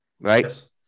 right